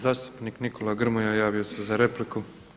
Zastupnik Nikola Grmoja javio se za repliku.